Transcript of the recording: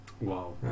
Wow